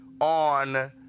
on